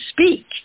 speak